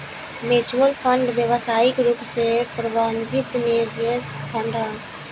mutual fund व्यावसायिक रूप से प्रबंधित निवेश फंड ह